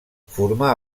formà